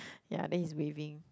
ya then he's waving